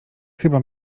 chyba